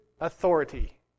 authority